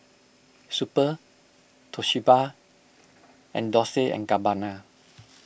Super Toshiba and Dolce and Gabbana